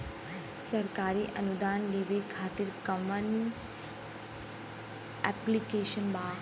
सरकारी अनुदान लेबे खातिर कवन ऐप्लिकेशन बा?